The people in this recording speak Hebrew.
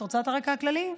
את רוצה את הרקע הכללי?